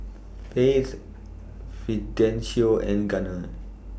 Faith Fidencio and Gunner